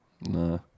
No